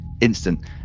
Instant